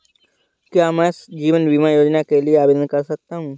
क्या मैं जीवन बीमा योजना के लिए आवेदन कर सकता हूँ?